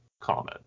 comment